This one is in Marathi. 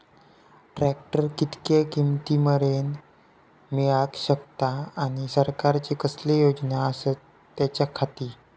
ट्रॅक्टर कितक्या किमती मरेन मेळाक शकता आनी सरकारचे कसले योजना आसत त्याच्याखाती?